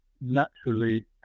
naturally